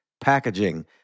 packaging